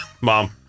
Mom